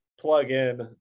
plug-in